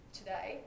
today